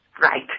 Right